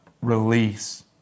release